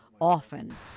often